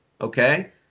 okay